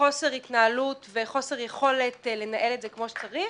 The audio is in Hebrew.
חוסר התנהלות וחוסר יכולת לנהל את זה כמו שצריך,